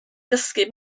ddysgu